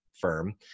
firm